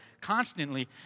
constantly